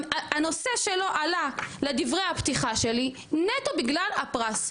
הנושא שלו עלה לדברי הפתיחה שלי נטו בגלל הפרס.